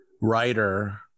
writer